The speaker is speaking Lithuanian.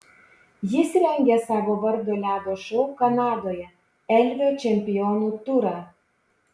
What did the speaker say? jis rengia savo vardo ledo šou kanadoje elvio čempionų turą